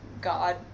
god